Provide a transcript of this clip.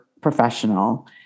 professional